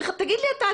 תגיד לי אתה,